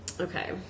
okay